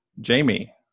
Jamie